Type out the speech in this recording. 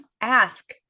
ask